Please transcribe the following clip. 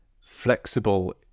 flexible